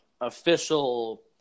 official